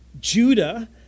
Judah